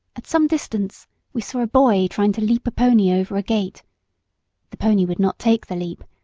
at some distance we saw a boy trying to leap a pony over a gate the pony would not take the leap,